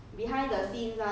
mm